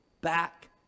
back